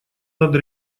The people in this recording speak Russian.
над